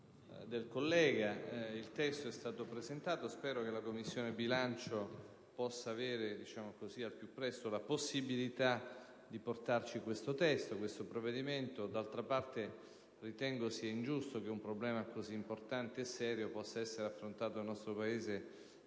del collega. Il testo è stato presentato, spero che la Commissione bilancio possa avere al più presto la possibilità di esprimere il proprio parere. D'altra parte, ritengo ingiusto che un problema così importante e serio sia affrontato nel nostro Paese